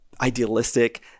idealistic